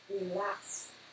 relax